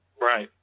Right